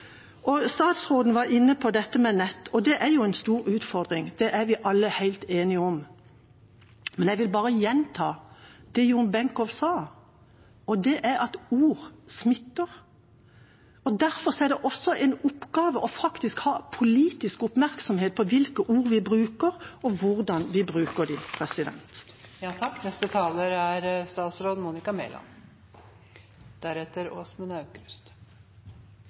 Statsråden var inne på dette med nett, og at det er en stor utfordring. Det er vi alle helt enige om. Men jeg vil bare gjenta det Jo Benkow sa, og det er at ord smitter. Derfor er det også en oppgave faktisk å ha politisk oppmerksomhet på hvilke ord vi bruker, og hvordan vi bruker